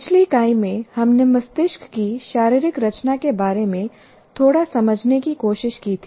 पिछली इकाई में हमने मस्तिष्क की शारीरिक रचना के बारे में थोड़ा समझने की कोशिश की थी